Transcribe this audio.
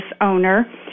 owner